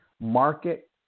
Market